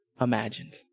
imagined